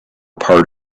part